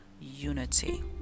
unity